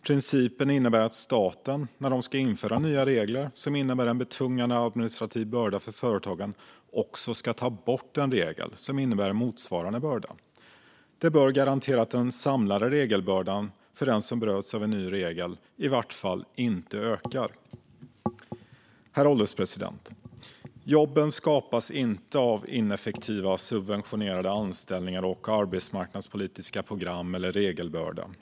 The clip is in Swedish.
Principen innebär att staten när den ska införa en ny regel som innebär en betungande administrativ börda för företagen också ska ta bort en regel som innebär motsvarande börda. Det bör garantera att den samlade regelbördan för den som berörs av en ny regel i varje fall inte ökar. Herr ålderspresident! Jobben skapas inte av ineffektiva subventionerade anställningar, arbetsmarknadspolitiska program eller regelbördor.